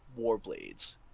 Warblades